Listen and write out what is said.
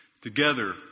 Together